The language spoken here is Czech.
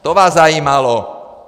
To vás zajímalo!